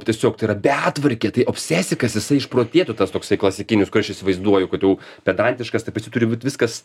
tiesiog tai yra betvarkė tai obsesikas jisai išprotėtų tas toksai klasikinis kur aš įsivaizduoju kad jau pedantiškas tai pas jį turi būt viskas